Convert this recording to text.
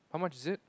how much is it